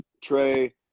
Trey